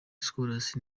scholes